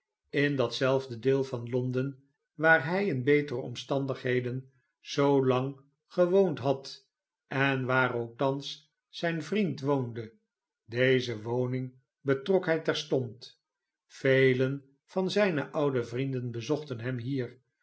in datzelfde deel van l on den waar hij in betere omstandigheden zoolang gewoond had en waar ook thans zijn vriend woonde deze woning betrok hij terstond velen van zijne oude vrienden bezochten hem hier